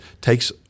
takes